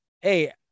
hey